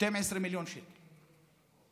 12 מיליון שקל לבד,